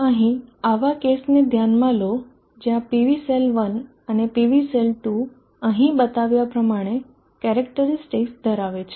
અહીં એવા કેસને ધ્યાનમાં લો જ્યાં PV સેલ 1 અને PV સેલ 2 અહીં બતાવ્યા પ્રમાણે કેરેક્ટરીસ્ટિકસ ધરાવે છે